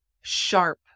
sharp